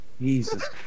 Jesus